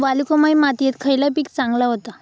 वालुकामय मातयेत खयला पीक चांगला होता?